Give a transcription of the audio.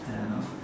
I don't know